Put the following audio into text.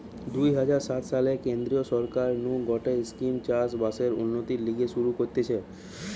দুই হাজার সাত সালে কেন্দ্রীয় সরকার নু গটে স্কিম চাষ বাসের উন্নতির লিগে শুরু করতিছে